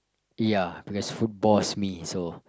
ya because food bores me so